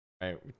right